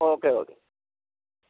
okay okay